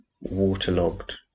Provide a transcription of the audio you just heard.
waterlogged